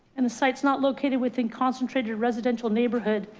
and the site's not located within concentrated residential neighborhood